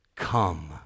come